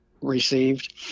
received